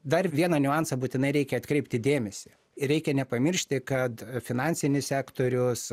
dar vieną niuansą būtinai reikia atkreipti dėmesį reikia nepamiršti kad finansinis sektorius